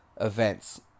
events